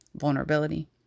vulnerability